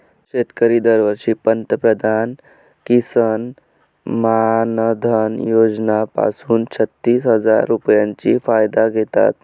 शेतकरी दरवर्षी पंतप्रधान किसन मानधन योजना पासून छत्तीस हजार रुपयांचा फायदा घेतात